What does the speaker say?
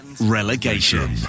relegation